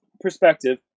perspective